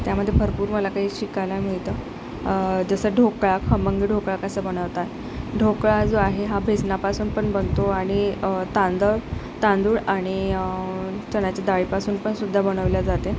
त्यामध्ये भरपूर मला काही शिकायला मिळतं जसं ढोकळा खमंग ढोकळा कसा बनवतात ढोकळा जो आहे हा बेसनापासून पण बनतो आणि तांदळ तांदूळ आणि चण्याची दाळीपासून पण सुद्धा बनवला जातो